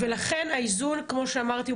לכן האיזון כמו שאמרתי,